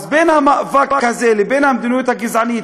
אז בין המאבק הזה לבין המדיניות הגזענית,